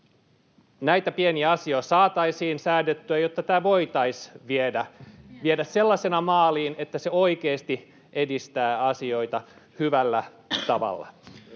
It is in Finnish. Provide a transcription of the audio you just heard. näitä pieniä asioita saataisiin säädettyä, jotta tämä voitaisiin viedä sellaisena maaliin, että se oikeasti edistää asioita hyvällä tavalla.